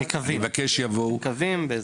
מקווים.